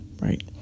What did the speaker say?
right